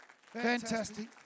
Fantastic